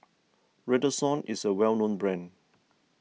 Redoxon is a well known brand